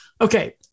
Okay